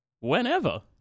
Whenever